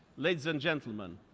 ladies and gentlemen,